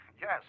yes